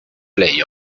play